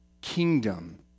kingdom